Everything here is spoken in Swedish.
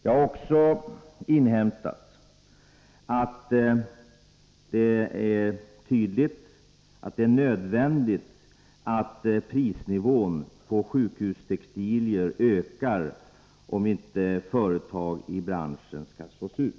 Jag har också inhämtat att det tydligen är nödvändigt att prisnivån på sjukhustextilier höjs om inte företag i branschen skall slås ut.